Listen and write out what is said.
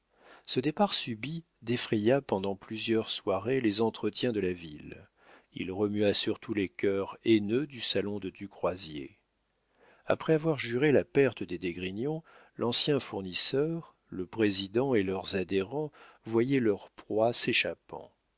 ce départ subit défraya pendant plusieurs soirées les entretiens de la ville il remua surtout les cœurs haineux du salon de du croisier après avoir juré la perte des d'esgrignon l'ancien fournisseur le président et leurs adhérents voyaient leur proie s'échappant